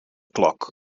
klok